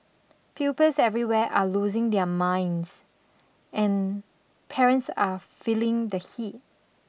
pupils everywhere are losing their minds and parents are feeling the heat